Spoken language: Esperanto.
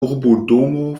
urbodomo